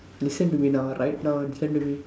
listen to me now right now listen to me